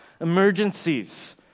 emergencies